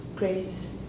Grace